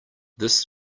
this